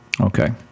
Okay